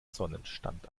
sonnenstand